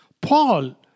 Paul